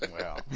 Wow